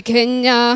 Kenya